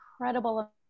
incredible